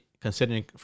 Considering